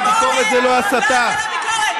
תסתכלו על ליברמן ותעשו אותו דבר.